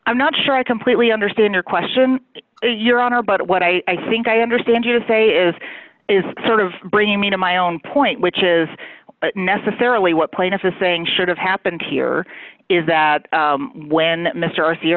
i'm not sure i completely understand your question your honor but what i think i understand you to say is is sort of bringing me to my own point which is necessarily what plaintiff is saying should have happened here is that when mr